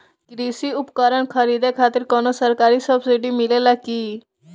कृषी उपकरण खरीदे खातिर कउनो सरकारी सब्सीडी मिलेला की?